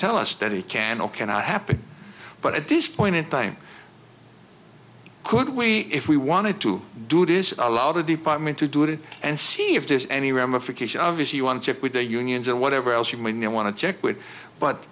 tell us that it can or cannot happen but at this point in time could we if we wanted to do this allow the department to do it and see if there's any ramification obviously you want to check with the unions and whatever else you may want to check with but